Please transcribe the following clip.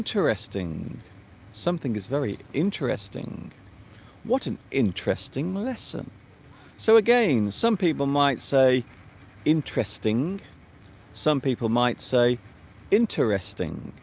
interesting something is very interesting what an interesting lesson so again some people might say interesting some people might say interesting